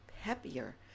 happier